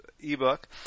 ebook